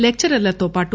లెక్చరర్లతో పాటు